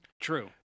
True